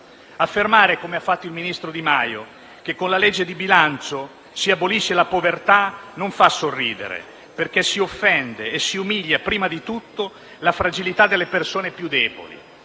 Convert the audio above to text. Affermare, come ha fatto il ministro Di Maio, che con la legge di bilancio si abolisce la povertà non fa sorridere, perché si offende e si umilia prima di tutto la fragilità delle persone più deboli.